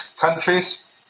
countries